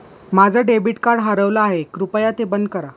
माझं debit card हरवलं आहे, कृपया ते बंद करा